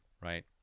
right